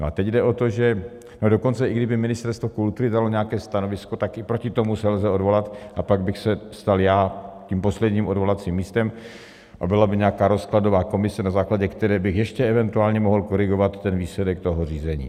A dokonce i kdyby Ministerstvo kultury dalo nějaké stanovisko, tak i proti tomu se lze odvolat, a pak bych se stal já tím posledním odvolacím místem a byla by nějaká rozkladová komise, na základě které bych ještě eventuálně mohl korigovat výsledek toho řízení.